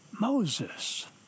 Moses